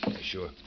Sure